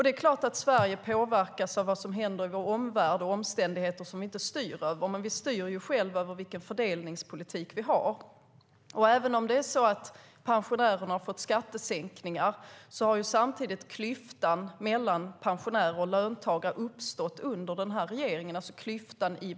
Det är klart att Sverige påverkas av vad som händer i vår omvärld och omständigheter som vi inte styr över, men vi styr själva över vår fördelningspolitik. Även om pensionärerna har fått skattesänkningar har klyftan i beskattning mellan pensionärer och löntagare uppstått under den här regeringen.